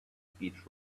speech